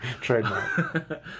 Trademark